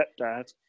stepdad